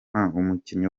umukinnyi